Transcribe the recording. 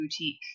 boutique